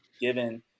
given